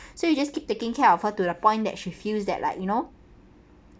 so you just keep taking care of her to the point that she feels that like you know